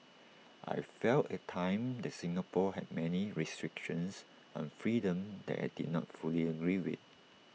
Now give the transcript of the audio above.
I felt at the time that Singapore had many restrictions on freedom that I did not fully agree with